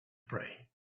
pray